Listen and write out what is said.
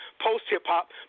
post-hip-hop